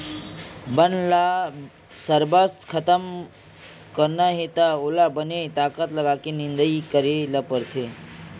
बन ल सरबस खतम करना हे त ओला बने ताकत लगाके निंदई करे ल परथे